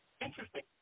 Interesting